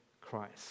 Christ